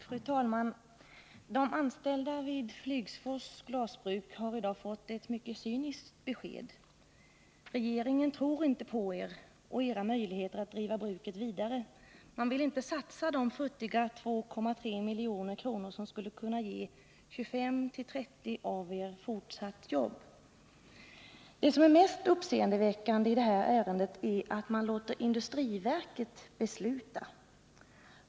Fru talman! De anställda vid Flygsfors Glasbruk har i dag fått ett mycket cyniskt besked. Regeringen tror inte på dem och deras möjligheter att driva bruket vidare. Man vill inte satsa de futtiga 2,3 milj.kr. som skulle kunna ge 25-30 av dem fortsatt jobb. Det som är mest uppseendeväckande i det här ärendet är att man låter industriverket besluta.